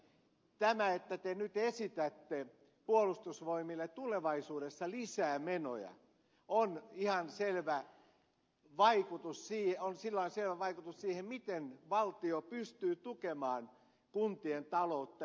tällä että te nyt esitätte puolustusvoimille tulevaisuudessa lisää menoja on ihan selvä vaikutus siihen miten valtio pystyy tukemaan kuntien taloutta